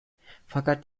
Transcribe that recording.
fakat